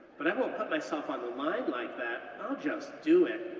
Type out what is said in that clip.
but i won't put myself on the line like that, i'll just do it.